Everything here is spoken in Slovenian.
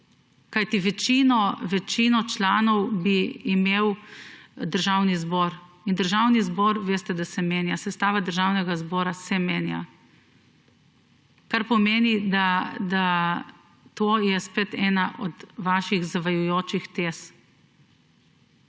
Kajti večino članov bi imel Državni zbor in veste, da se sestava Državnega zbora menja. Kar pomeni, da to je spet ena od vaših zavajajočih tez.